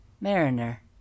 Mariner